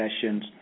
sessions